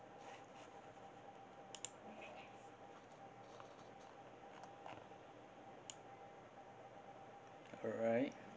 alright